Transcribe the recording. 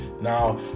Now